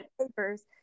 papers